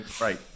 Right